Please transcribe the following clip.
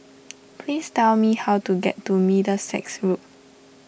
please tell me how to get to Middlesex Road